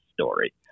story